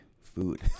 food